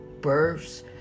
births